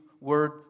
word